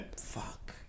Fuck